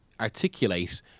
articulate